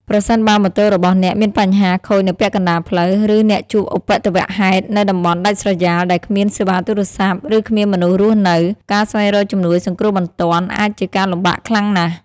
ប្រសិនបើម៉ូតូរបស់អ្នកមានបញ្ហាខូចនៅពាក់កណ្តាលផ្លូវ ឬអ្នកជួបឧបទ្ទវហេតុនៅតំបន់ដាច់ស្រយាលដែលគ្មានសេវាទូរស័ព្ទ ឬគ្មានមនុស្សរស់នៅ ការស្វែងរកជំនួយសង្គ្រោះបន្ទាន់អាចជាការលំបាកខ្លាំងណាស់។